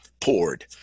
poured